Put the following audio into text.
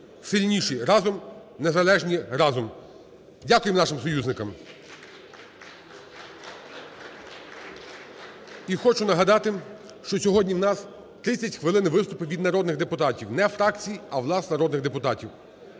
Сильніші – разом, незалежні – разом". Дякуємо нашим союзникам. (Оплески) І хочу нагадати, що сьогодні в нас 30 хвилин виступи від народних депутатів. Не фракцій, а, власне, народних депутатів.